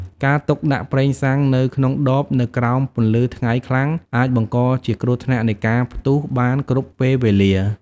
ការទុកដាក់ប្រេងសាំងនៅក្នុងដបនៅក្រោមពន្លឺថ្ងៃខ្លាំងអាចបង្កជាគ្រោះថ្នាក់នៃការផ្ទុះបានគ្រប់ពេលវេលា។